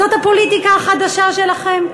זאת הפוליטיקה החדשה שלכם?